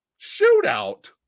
shootout